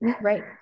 Right